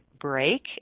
break